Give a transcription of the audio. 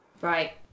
right